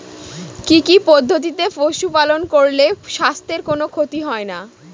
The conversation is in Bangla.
কি কি পদ্ধতিতে পশু পালন করলে স্বাস্থ্যের কোন ক্ষতি হয় না?